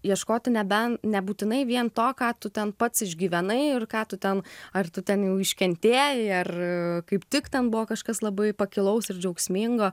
ieškoti nebent nebūtinai vien to ką tu ten pats išgyvenai ir ką tu ten ar tu ten jau iškentėjai ar kaip tik tam buvo kažkas labai pakilaus ir džiaugsmingo